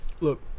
Look